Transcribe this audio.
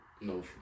No